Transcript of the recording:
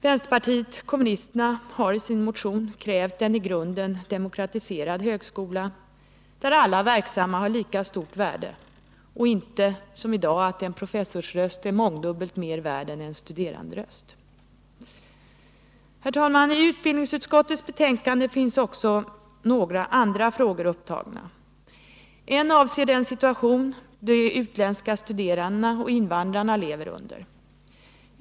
Vpk kräver i sin motion en i grunden demokratiserad högskola, där alla verksamma har lika stort värde och inte, som i dag, en professorsröst är mångdubbelt mer värd än en studerandes. Herr talman! I utbildningsutskottets betänkande finns också några andra frågor upptagna. En avser den situation de utländska studerandena och invandrarna lever i.